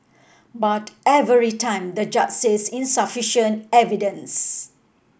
but every time the judge says insufficient evidence